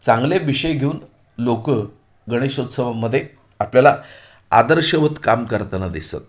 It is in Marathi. चांगले विषय घेऊन लोकं गणेशोत्सवामध्ये आपल्याला आदर्शवत काम करताना दिसतात